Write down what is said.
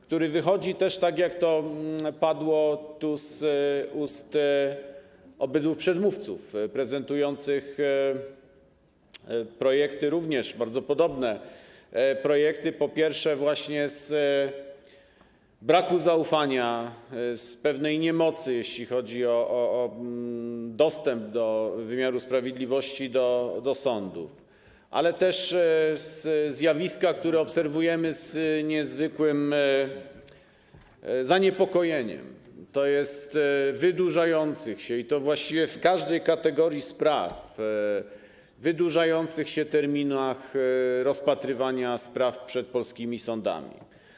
Projekt ten wywodzi się, tak jak to padło z ust obydwu przedmówców prezentujących również bardzo podobne projekty, po pierwsze, właśnie z braku zaufania, z pewnej niemocy, jeśli chodzi o dostęp do wymiaru sprawiedliwości, do sądów, po drugie, ze zjawiska, które obserwujemy z niezwykłym zaniepokojeniem, tj. wydłużających się i to właściwie w każdej kategorii spraw, wydłużających się terminów rozpatrywania spraw przed polskimi sądami.